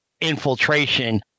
infiltration